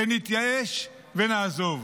שנתייאש ונעזוב